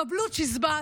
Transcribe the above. קבלו צ'יזבט,